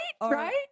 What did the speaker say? Right